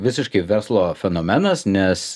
visiškai verslo fenomenas nes